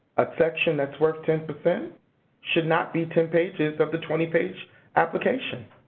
a section that's worth ten percent should not be ten pages of the twenty page application.